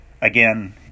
Again